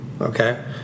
Okay